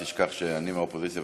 אל תשכח שאני מהאופוזיציה,